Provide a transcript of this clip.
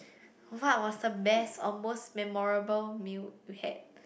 what was the best or most memorable meal you had